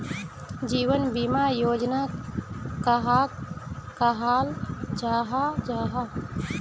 जीवन बीमा योजना कहाक कहाल जाहा जाहा?